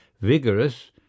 vigorous